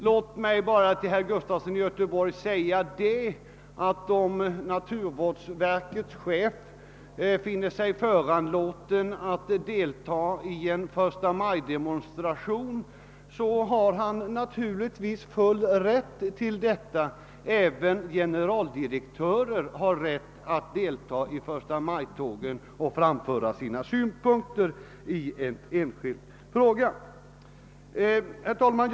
Låt mig bara till herr Gustafson i Göteborg säga, att naturvårdsverkets chef givetvis har full rätt att delta i en förstamajdemonstration, om han finner sig föranlåten att göra det. Även generaldirektörer har rätt att delta i förstamajtåg och framföra sina synpunkter i en enskild fråga. Herr talman!